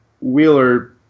Wheeler